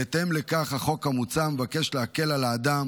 בהתאם לכך, החוק המוצע מבקש להקל על האדם